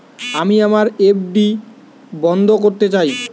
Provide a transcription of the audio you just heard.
আমি আমার এফ.ডি বন্ধ করতে চাই